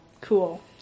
cool